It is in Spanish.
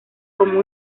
como